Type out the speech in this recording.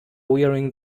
wearing